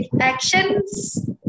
actions